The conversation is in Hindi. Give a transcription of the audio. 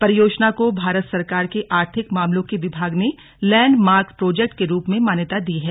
परियोजना को भारत सरकार के आर्थिक मामलों के विभाग ने लैंडमार्क प्रोजेक्ट के रूप में मान्यता दी है